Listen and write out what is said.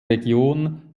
region